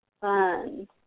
fun